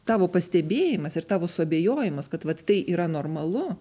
tavo pastebėjimas ir tavo suabejojimas kad tai yra normalu